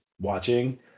Watching